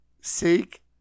Seek